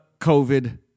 COVID